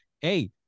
hey